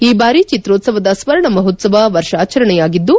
ಈ ಬಾರಿ ಚಿತ್ರೋತ್ಲವದ ಸ್ವರ್ಣಮಹೋತ್ಲವ ವರ್ಷಾಚರಣೆಯಾಗಿದ್ದು